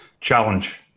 challenge